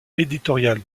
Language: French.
éditoriale